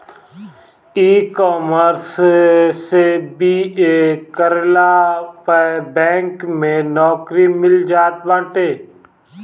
ecommerce से BA करला पअ बैंक में नोकरी मिल जात बाटे